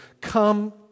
come